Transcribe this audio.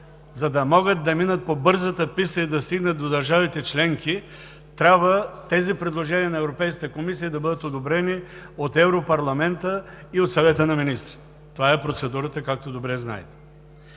за да могат да минат по бързата писта и да стигнат до държавите членки, тези предложения на Европейската комисия трябва да бъдат одобрени от Европарламента и от Съвета на министрите. Това е процедурата, както добре знаете.